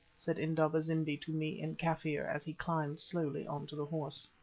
said indaba-zimbi to me in kaffir, as he climbed slowly on to the horse.